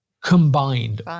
combined